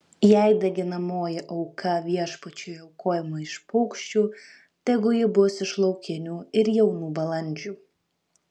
jei deginamoji auka viešpačiui aukojama iš paukščių tegu ji bus iš laukinių ir jaunų balandžių